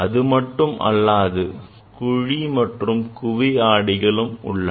இது மட்டும் அல்லாது குழி மற்றும் குவி அடிகளும் உள்ளன